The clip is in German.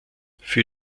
für